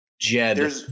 Jed